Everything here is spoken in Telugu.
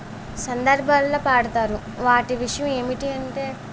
సందర్భాల్లో పాడతారు వాటి విషయం ఏమిటి అంటే